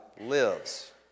lives